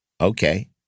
Okay